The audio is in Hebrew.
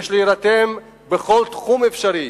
יש להירתם בכל תחום אפשרי